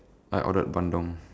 I ordered Bandung